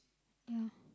yeah